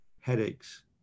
Headaches